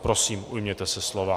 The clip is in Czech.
Prosím, ujměte se slova.